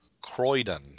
Croydon